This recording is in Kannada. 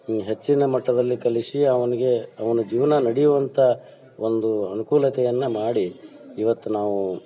ಹೆಚ್ಚಿನ ಮಟ್ಟದಲ್ಲಿ ಕಲಿಸಿ ಅವ್ನಿಗೆ ಅವನ ಜೀವನ ನಡೆಯುವಂಥ ಒಂದು ಅನುಕೂಲತೆಯನ್ನ ಮಾಡಿ ಇವತ್ತು ನಾವು